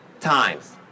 times